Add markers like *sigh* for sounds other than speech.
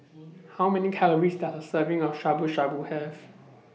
*noise* How Many Calories Does A Serving of Shabu Shabu Have